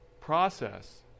process